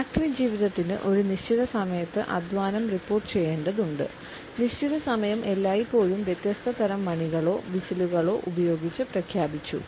factory ജീവിതത്തിന് ഒരു നിശ്ചിത സമയത്ത് അധ്വാനം റിപ്പോർട്ടുചെയ്യേണ്ടതുണ്ട് നിശ്ചിത സമയം എല്ലായ്പ്പോഴും വ്യത്യസ്ത തരം മണികളോ വിസിലുകളോ ഉപയോഗിച്ച് പ്രഖ്യാപിച്ചു